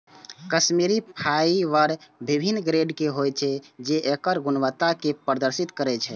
Kashmiri fibre विभिन्न grade के होइ छै, जे एकर गुणवत्ता कें प्रदर्शित करै छै